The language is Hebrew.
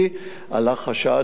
שהם הולכים